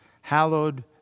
Hallowed